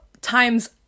times